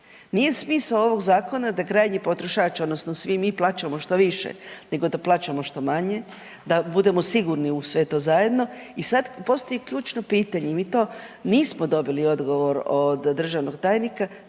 Nije smisao ovog zakona da krajnji potrošač odnosno svi mi plaćamo što više nego plaćamo što manje, da budemo sigurni u sve to zajedno. I sad postoji ključno pitanje i mi to nismo dobili odgovor od državnog tajnika,